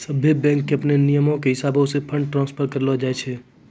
सभ्भे बैंको के अपनो नियमो के हिसाबैं से फंड ट्रांस्फर करलो जाय छै